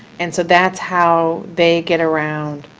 and so that's how they get around